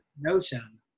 notion